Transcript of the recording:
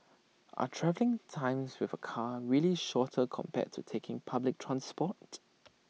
are travelling times with A car really shorter compared to taking public transport